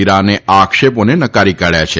ઈરાને આ આક્ષેપોને નકારી કાઢ્યા છે